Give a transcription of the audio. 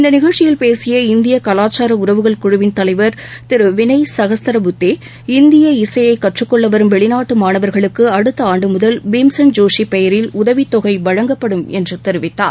இந்த நிகழ்ச்சியில் பேசிய இந்திய கலாச்சார உறவுகள் குழுவின் தலைவர் திரு வினய்சகஸ்த்ர புத்தே இந்திய இசையைக் கற்றுக்கொள்ள வரும் வெளிநாட்டு மாணவர்களுக்கு அடுத்த ஆண்டுமுதல் பீம்சென் ஜோஷி பெயரில் உதவித்தொகை வழங்கப்படும் என்று தெரிவித்தார்